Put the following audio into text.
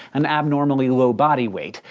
and abnormally low body weight.